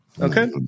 Okay